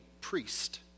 priest